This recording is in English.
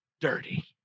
dirty